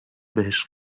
بهش